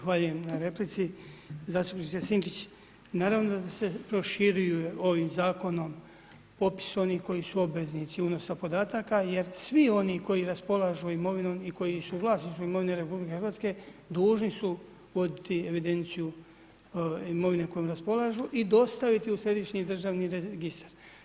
Hvala lijepe, zahvaljujem na replici, zastupniče Sinčić, naravno da se proširuju ovim zakonom popis onih koji su obveznici unosa podataka jer svi oni koji raspolažu imovinom i koji su u vlasništvu imovine RH dužni su voditi evidenciju imovine kojom raspolažu i dostaviti u središnji državni registar.